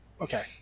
Okay